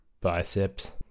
biceps